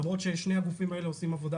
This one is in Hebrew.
למרות ששני הגופים האלה עושים עבודה